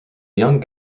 young